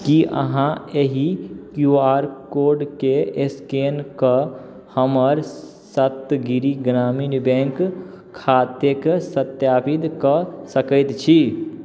की अहाँ एहि Q R कोडके स्कैन कऽ हमर सप्तगिरि ग्रामीण बैंक खाता के सत्यापित कऽ सकैत छी